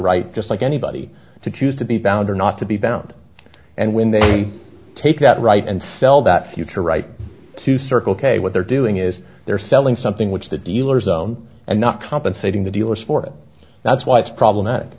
right just like anybody to choose to be bound or not to be bound and when they take that right and sell that future right to circle k what they're doing is they're selling something which the dealers own and not compensating the dealers for it that's why it's problematic